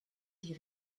die